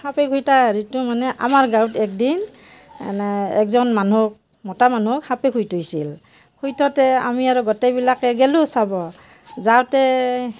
সাপে খুটা হেৰিটো মানে আমাৰ গাঁৱত একদিন মানে একজন মানুহক মতা মানুহক সাপে খুটিছিল খুটোতে আমি আৰু গোটেইবিলাকে গেলোঁ চাব যাওঁতে